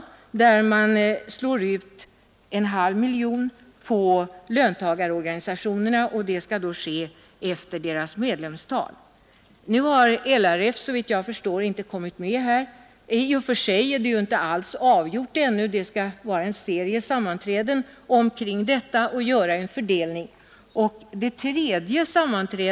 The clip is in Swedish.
Vidare kommer enligt planeringen 0,5 miljoner kronor att fördelas till löntagarorganisationerna, och beloppet skall fördelas efter deras medlemsantal. LRF har, såvitt jag förstår, inte kommit med. I och för sig är frågan inte avgjord ännu; en serie sammanträden skall hållas, varvid fördelningen skall göras.